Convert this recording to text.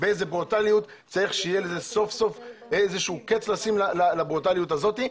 באיזו ברוטליות ואיכשהו צריך לשים קץ לברוטליות הזאת.